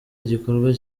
igikorwa